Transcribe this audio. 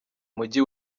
mujyi